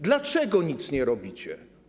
Dlaczego nic nie robicie?